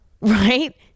right